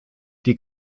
die